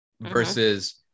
versus